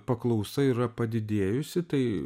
paklausa yra padidėjusi tai